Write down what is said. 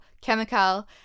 Chemical